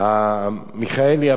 מיכאלי אברהם,